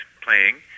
playing